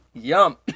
yum